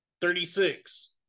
Thirty-six